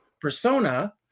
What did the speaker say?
persona